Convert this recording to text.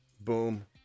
Boom